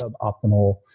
suboptimal